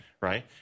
right